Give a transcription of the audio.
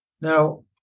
Now